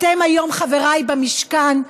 אתם היום, חבריי במשכן,